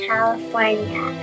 California